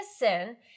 listen